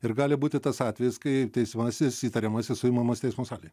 ir gali būti tas atvejis kai teisiamasis įtariamasis suimamas teismo salėj